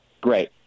Great